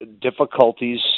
difficulties